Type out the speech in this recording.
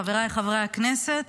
חבריי חברי הכנסת,